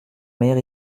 mère